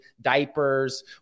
diapers